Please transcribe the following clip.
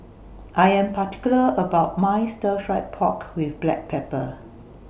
I Am particular about My Stir Fried Pork with Black Pepper